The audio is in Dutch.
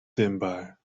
dimbaar